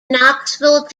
knoxville